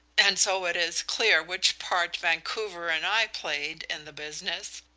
and so it is clear which part vancouver and i played in the business,